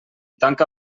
tanca